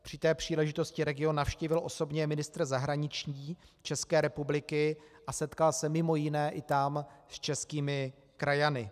Při té příležitosti region navštívil osobně ministr zahraničí České republiky a setkal se mimo jiné i tam s českými krajany.